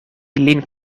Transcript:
lin